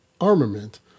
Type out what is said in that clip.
armament